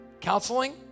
Counseling